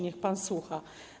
Niech pan słucha.